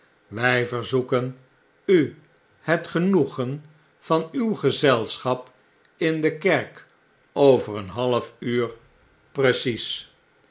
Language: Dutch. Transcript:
wjj verzoeken u het genoegen van uw gezelschap in de kerk over een half uur precies